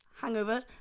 Hangover